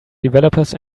developers